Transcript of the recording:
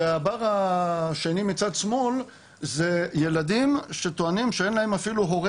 והבר השני מצד שמאל זה ילדים שטוענים שאין להם אפילו הורה